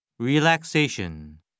Relaxation